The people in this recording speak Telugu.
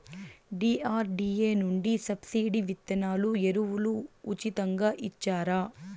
డి.ఆర్.డి.ఎ నుండి సబ్సిడి విత్తనాలు ఎరువులు ఉచితంగా ఇచ్చారా?